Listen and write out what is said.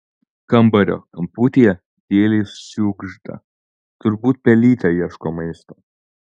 kambario kamputyje tyliai šiugžda turbūt pelytė ieško maisto